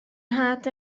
nhad